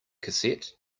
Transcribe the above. cassette